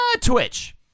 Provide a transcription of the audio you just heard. twitch